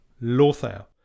Lothair